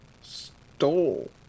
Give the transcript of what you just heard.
stole